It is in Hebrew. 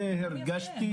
מקום יפה.